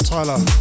Tyler